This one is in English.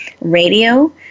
radio